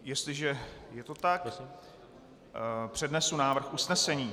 Jestliže je to tak, přednesu návrh usnesení.